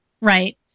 Right